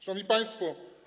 Szanowni Państwo!